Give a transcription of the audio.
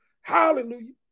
Hallelujah